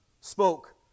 spoke